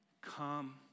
come